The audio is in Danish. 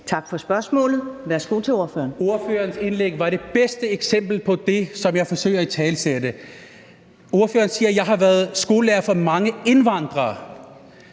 Tak for spørgsmålet. Værsgo til ordføreren. Kl. 22:00 Sikandar Siddique (UFG): Ordførerens indlæg var det bedste eksempel på det, som jeg forsøger at italesætte. Ordføreren siger: Jeg har været skolelærer for mange indvandrere.